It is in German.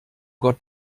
gott